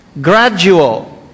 Gradual